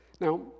Now